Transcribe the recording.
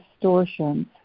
distortions